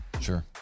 sure